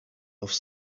off